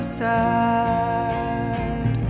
sad